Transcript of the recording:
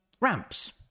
ramps